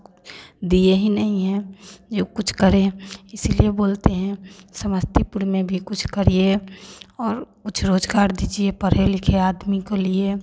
दिए ही नहीं हैं जो कुछ करें इसीलिए बोलते हैं समस्तीपुर में भी कुछ करिए और कुछ रोज़गार दीजिए पढ़े लिखे आदमी को लिए